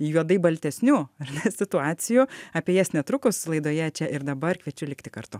juodai baltesnių ar ne situacijų apie jas netrukus laidoje čia ir dabar kviečiu likti kartu